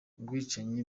ubwicanyi